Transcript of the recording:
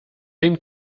den